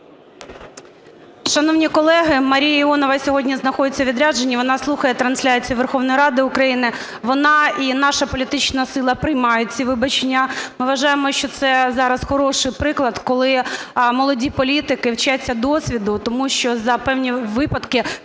Шановні колеги, Марія Іонова сьогодні знаходиться у відрядженні. Вона слухає трансляцію Верховної Ради України. Вона і наша політична сила приймає ці вибачення. Ми вважаємо, що це зараз хороший приклад, коли молоді політики вчаться досвіду. Тому що за певні випадки